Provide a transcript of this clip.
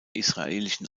israelischen